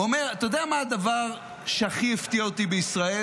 הוא אומר: אתה יודע מה הדבר שהכי הפתיע אותי בישראל?